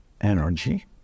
energy